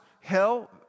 hell